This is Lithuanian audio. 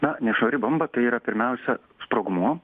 na nešvari bomba tai yra pirmiausia sprogmuo